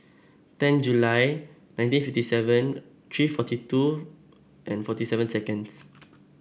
ten July nineteen fifty seven three forty two and forty seven seconds